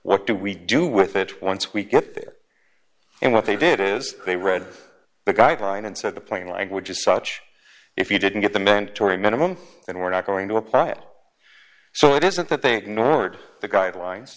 what do we do with it once we get it and what they did is they read the guideline and said the plain language as such if you didn't get the mandatory minimum and we're not going to apply it so it isn't that they ignored the guidelines